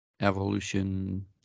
Evolution